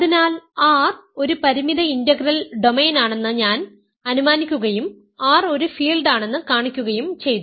അതിനാൽ R ഒരു പരിമിത ഇന്റഗ്രൽ ഡൊമെയ്നാണെന്ന് ഞാൻ അനുമാനിക്കുകയും R ഒരു ഫീൽഡാണെന്ന് കാണിക്കുകയും ചെയ്തു